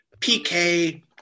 PK